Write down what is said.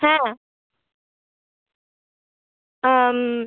হ্যাঁ